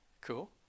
cool